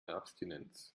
abstinenz